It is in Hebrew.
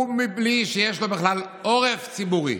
הוא בלי שיש לו בכלל עורף ציבורי,